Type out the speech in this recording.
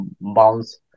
bounce